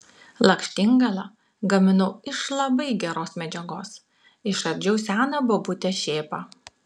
lakštingalą gaminau iš labai geros medžiagos išardžiau seną bobutės šėpą